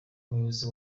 umuyobozi